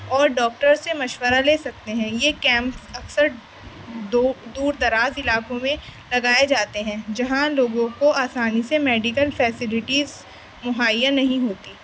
اور ڈاکٹر سے مشورہ لے سکتے ہیں یہ کیمپس اکثر دور دراز علاقوں میں لگائے جاتے ہیں جہاں لوگوں کو آسانی سے میڈیکل فیسلیٹیز مہیا نہیں ہوتیں